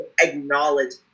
acknowledge